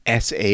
SA